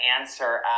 answer